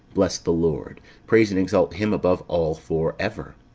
bless the lord praise and exalt him above all for ever.